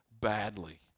badly